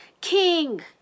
king